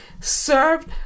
served